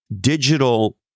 digital